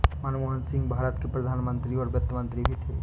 मनमोहन सिंह भारत के प्रधान मंत्री और वित्त मंत्री भी थे